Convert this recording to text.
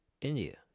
India